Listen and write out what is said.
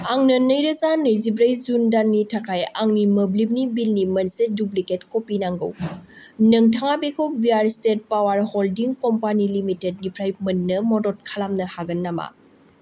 आंनो नैरोजा नैजिब्रै जुन दाननि थाखाय आंनि मोब्लिबनि बिलनि मोनसे दुप्लिकेट कपि नांगौ नोंथाङा बेखौ Bihar State Power Holding Company लिमिटेडनिफ्राय मोन्नो मदद खालामनो हागोन नामा